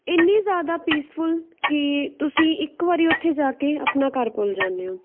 ਇੰਨੀ ਜ਼ਿਆਦਾ ਪੀਸਫੁਲ ਕਿ ਤੁਸੀਂ ਇੱਕ ਵਾਰੀ ਉੱਥੇ ਜਾ ਕੇ ਆਪਣਾ ਘਰ ਭੁੱਲ ਜਾਂਦੇ ਹੋ